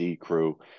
crew